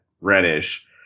Reddish